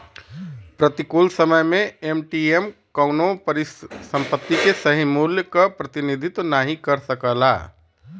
प्रतिकूल समय में एम.टी.एम कउनो परिसंपत्ति के सही मूल्य क प्रतिनिधित्व नाहीं कर सकला